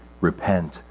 repent